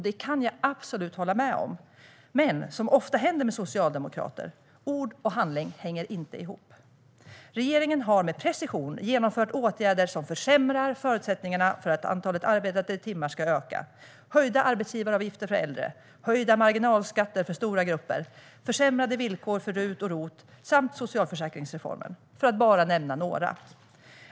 Det kan jag absolut hålla med om. Men ord och handling hänger inte ihop, vilket ofta händer med socialdemokrater. Regeringen har med precision vidtagit åtgärder som försämrar förutsättningarna för att antalet arbetade timmar ska öka: höjda arbetsgivaravgifter för äldre, höjda marginalskatter för stora grupper, försämrade villkor för RUT och ROT samt socialförsäkringsreformen, för att bara nämna några saker.